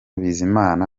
bizimana